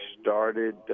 started